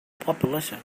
population